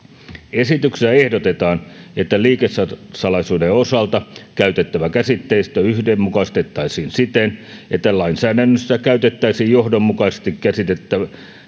esityksessä ehdotetaan että liikesalaisuuden osalta käytettävä käsitteistö yhdenmukaistettaisiin siten että lainsäädännössä käytettäisiin johdonmukaisesti käsitettä